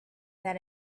that